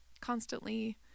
constantly